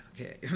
okay